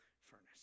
furnace